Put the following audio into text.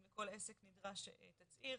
אם כל עסק נדרש לתצהיר,